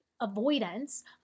avoidance